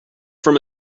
from